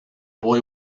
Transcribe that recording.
boy